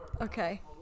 Okay